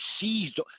seized –